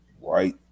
right